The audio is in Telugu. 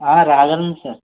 ఆ రాగాలను సార్